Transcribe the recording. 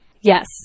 yes